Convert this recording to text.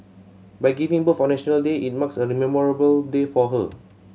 by giving birth on National Day it marks a memorable day for her